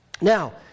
Now